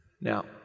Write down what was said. Now